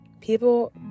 people